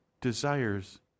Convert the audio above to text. desires